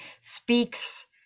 speaks